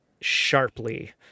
sharply